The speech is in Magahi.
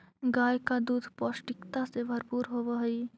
गाय का दूध पौष्टिकता से भरपूर होवअ हई